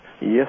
Yes